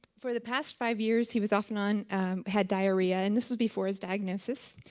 for the past five years, he was off and on had diarrhea and this was before his diagnosis.